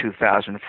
2004